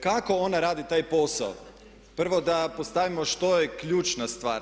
Kako ona radi taj posao, prvo da postavimo što je ključna stvar.